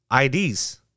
IDs